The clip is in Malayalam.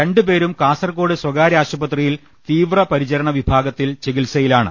രണ്ടുപേരും കാസർകോട് സ്ഥകാര്യ ആശു പത്രിയിൽ തീവ്രപരിചരണവിഭാഗത്തിൽ ചികിത്സയിലാണ്